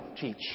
Teach